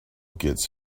gets